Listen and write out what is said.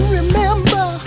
remember